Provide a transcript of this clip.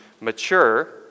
mature